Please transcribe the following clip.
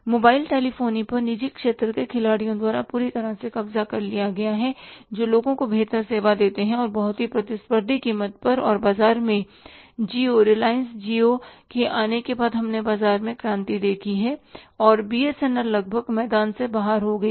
mobile telephony पर निजी क्षेत्र के खिलाड़ियों द्वारा पूरी तरह से कब्ज़ा कर लिया गया है जो लोगों को बेहतर सेवा देते हैं और बहुत ही प्रतिस्पर्धी कीमत पर और बाजार में Jio Reliance Jio Jio reliance Jio के आने के बाद हमने बाजार में क्रांति देखी है और बीएसएनएल BSNL लगभग मैदान से बाहर हो गई है